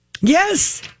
Yes